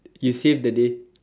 he saved the day